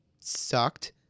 sucked